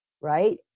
right